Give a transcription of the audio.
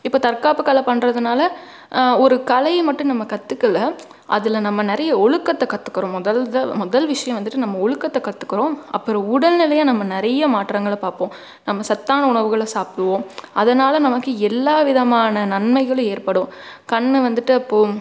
இப்போ தற்காப்பு கலை பண்றதினால ஒரு கலையை மட்டும் நம்ம கத்துக்கலை அதில் நம்ம நிறைய ஒழுக்கத்தை கத்துக்கிறோம் முதல்ல முதல் விஷயம் வந்துட்டு நம்ம ஒழுக்கத்தை கத்துக்கிறோம் அப்புறம் உடல் நிலையை நம்ம நிறைய மாற்றங்களை பார்ப்போம் நம்ம சத்தான உணவுகளை சாப்பிடுவோம் அதனால் நமக்கு எல்லா விதமான நன்மைகளும் ஏற்படும் கண் வந்துட்டு அப்போது